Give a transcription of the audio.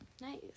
nice